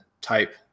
type